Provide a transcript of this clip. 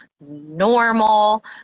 normal